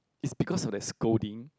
it's because of that scolding